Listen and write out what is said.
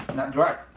not dry.